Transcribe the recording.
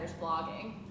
blogging